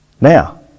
Now